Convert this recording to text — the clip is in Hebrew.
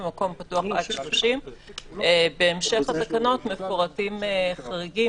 במקום פתוח עד 30. בהמשך התקנות מפורטים חריגים,